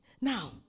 Now